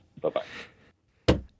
Bye-bye